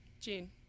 Jean